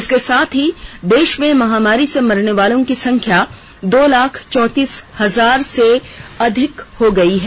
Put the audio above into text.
इसके साथ ही देश में महामारी से मरने वालों की संख्या दो लाख चौंतीस हजार से अधिक हो गई है